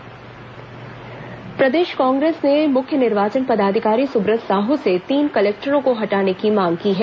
कांग्रे स मांग प्रदेश कांग्रेस ने मुख्य निर्वाचन पदाधिकारी सुब्रत साहू से तीन कलेक्टरों को हटाने की मांग की है